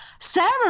Sarah